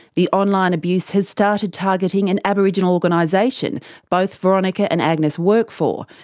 the online abuse has started targeting an aboriginal organisation both veronica and agnes work for,